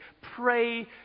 Pray